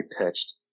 pitched